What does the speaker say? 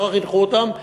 ככה חינכו אותם,